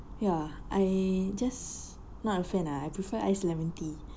ya I just not a fan ah I prefer ice lemon tea